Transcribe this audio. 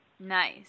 Nice